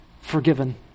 forgiven